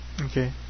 Okay